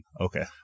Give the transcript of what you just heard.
Okay